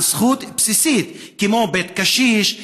על זכות בסיסית כמו בית קשישים,